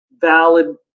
valid